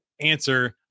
answer